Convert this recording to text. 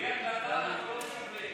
בלי הקלטה אנחנו לא מקבלים.